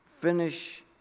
finish